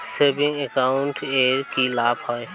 Savings account এর কি লাভ?